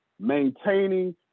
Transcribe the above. Maintaining